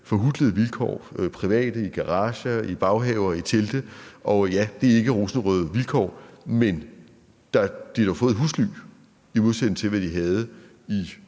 forhutlede vilkår – privat, i garager, i baghaver, i telte – og ja, det er ikke rosenrøde vilkår, men de har dog fået husly, i modsætning til hvad de havde i